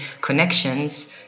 connections